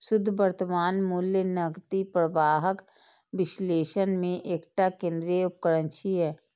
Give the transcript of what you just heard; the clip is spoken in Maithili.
शुद्ध वर्तमान मूल्य नकदी प्रवाहक विश्लेषण मे एकटा केंद्रीय उपकरण छियै